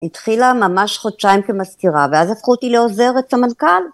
התחילה ממש חודשיים כמזכירה, ואז הפכו אותי לעוזרת המנכ״ל